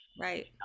Right